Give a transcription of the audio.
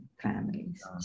families